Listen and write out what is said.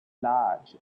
large